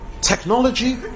technology